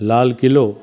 लालकिलो